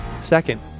Second